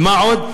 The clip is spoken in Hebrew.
ומה עוד,